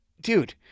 dude